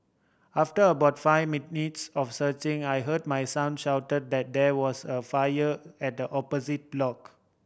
after about five minutes of searching I heard my son shout that there was a fire at the opposite block